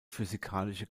physikalische